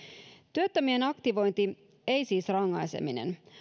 työttömien aktivointi ei siis rankaiseminen